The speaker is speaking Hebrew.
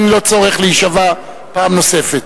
אין לו צורך להישבע פעם נוספת.